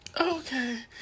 Okay